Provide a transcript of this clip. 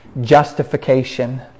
justification